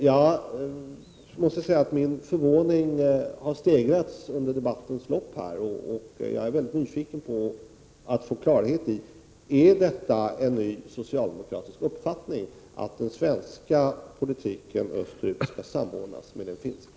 Jag måste säga att min förvåning har stegrats under debattens lopp, och jag är väldigt nyfiken på att få klarhet i om det är en ny socialdemokratisk uppfattning att den svenska politiken österut skall samordnas med den finska.